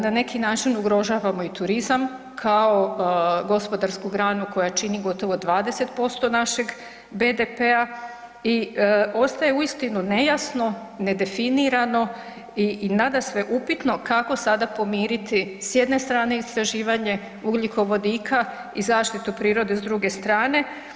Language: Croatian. Na neki način ugrožavamo i turizam kao gospodarsku granu koja čini gotovo 20% našeg BDP-a i ostaje uistinu nejasno, nedefinirano i nadasve upitno kako sada pomiriti, s jedne strane istraživanje ugljikovodika i zaštitu prirode s druge strane.